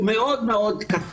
הוא מאוד מאוד קטן.